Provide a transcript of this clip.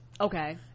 okay